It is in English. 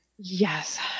Yes